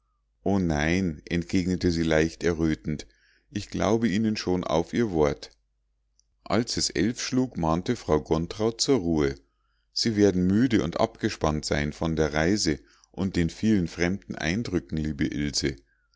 o nein entgegnete sie leicht errötend ich glaube ihnen schon auf ihr wort als es elf schlug mahnte frau gontrau zur ruhe sie werden müde und abgespannt sein von der reise und den vielen fremden eindrücken liebe